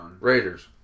Raiders